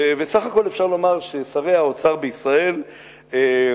וסך הכול אפשר לומר ששרי האוצר בישראל ניהלו